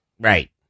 right